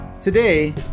Today